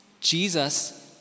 Jesus